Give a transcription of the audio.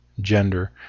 gender